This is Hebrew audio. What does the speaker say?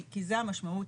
כי זה המשמעות